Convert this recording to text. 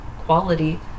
quality